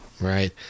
Right